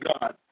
God